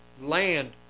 land